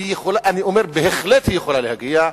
אני אומר: בהחלט יכולה להגיע,